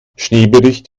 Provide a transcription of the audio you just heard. schneebericht